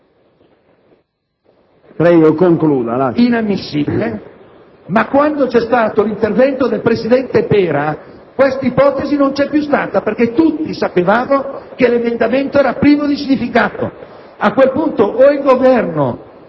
inammissibile; quando, però, c'è stato l'intervento del presidente Pera, questa ipotesi non c'è più stata perché tutti sapevamo che l'emendamento era privo di significato. A quel punto, il Governo